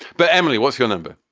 but emily, what's your number?